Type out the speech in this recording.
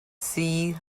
sea